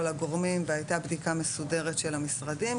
הגורמים והייתה בדיקה מסודרת של המשרדים,